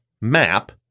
map